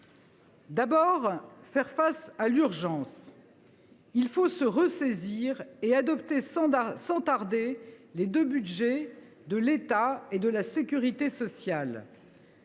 est de faire face à l’urgence. Il faut se ressaisir et adopter sans tarder les budgets de l’État et de la sécurité sociale.